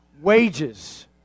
Wages